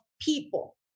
people